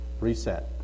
Reset